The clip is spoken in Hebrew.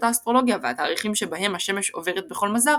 האסטרולוגיה והתאריכים שבהם השמש עוברת בכל מזל